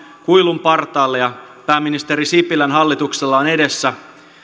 kuilun partaalle ja pääministeri sipilän hallituksella on edessä